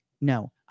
No